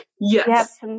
Yes